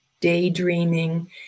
daydreaming